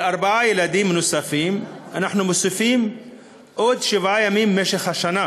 על ארבעה ילדים נוספים אנחנו מוסיפים עוד שבעה ימים במשך השנה,